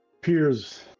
peers